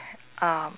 uh